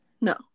No